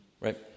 right